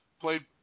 Played